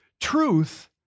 truth